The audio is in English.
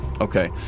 Okay